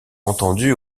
entendus